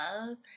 love